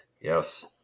Yes